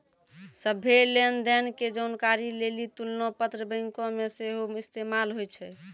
सभ्भे लेन देन के जानकारी लेली तुलना पत्र बैंको मे सेहो इस्तेमाल होय छै